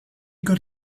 got